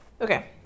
Okay